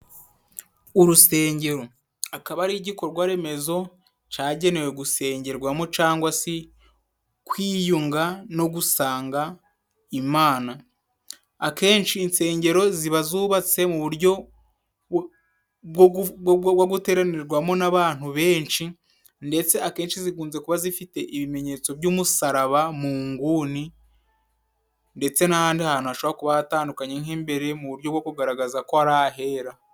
Urusengero, kikaba ari igikorwa remezo cyagenewe gusengerwamo, cyangwa se kwiyunga no gusanga Imana. Akenshi insengero ziba zubatse mu buryo bwo guteranirwamo n'abantu benshi, ndetse akenshi zikunze kuba zifite ibimenyetso by'umusaraba mu nguni, ndetse n'ahandi hantu hashobora kuba hatandukanye, nk'imbere mu buryo bwo kugaragaza ko ari ahera.